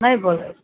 नहि बोलब